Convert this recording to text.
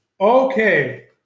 Okay